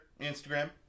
Instagram